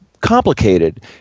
complicated